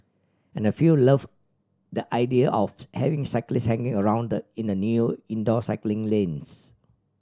and a few love the idea of having cyclists hanging around in the new indoor cycling lanes